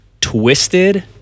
twisted